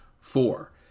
Four